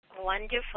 Wonderful